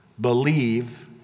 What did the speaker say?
believe